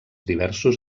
diversos